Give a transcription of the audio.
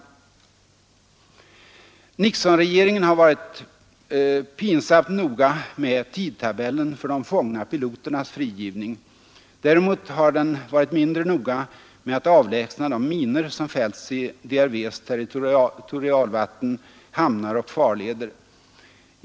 Nixonregeringen har varit petigt noga med tidtabellen för de fångna piloternas frigivning. Däremot har den varit mindre noga med att avlägsna de minor som fällts i DRV:s territorialvatten, hamnar och farleder.